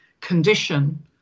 condition